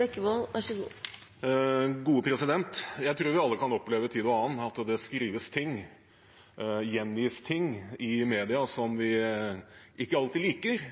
Jeg tror vi alle fra tid til annen kan oppleve at det skrives og gjengis ting i media som vi ikke alltid liker,